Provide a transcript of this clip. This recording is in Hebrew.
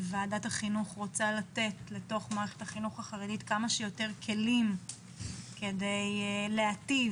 ועדת החינוך רוצה לתת למערכת החינוך החרדית כמה שיותר כלים כדי להיטיב